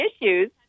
issues